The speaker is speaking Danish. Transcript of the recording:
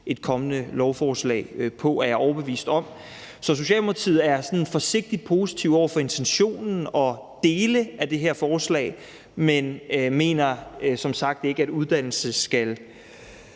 et kommende lovforslag på, er jeg overbevist om. Så Socialdemokratiet er sådan forsigtigt positive over for intentionen og dele af det her forslag, men mener som sagt ikke, at uddannelse en